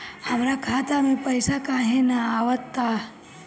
हमरा खाता में पइसा काहे ना आव ता?